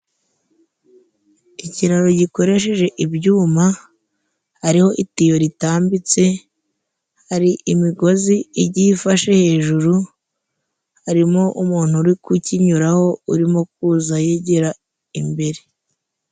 Ikiraro gikoresheje ibyuma ,hariho itiyo ritambitse, hari imigozi igiyifashe hejuru, harimo umuntu uri kukinyuraho urimo kuza yigira imbere.